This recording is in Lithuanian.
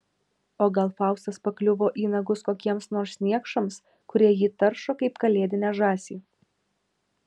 o gal faustas pakliuvo į nagus kokiems nors niekšams kurie jį taršo kaip kalėdinę žąsį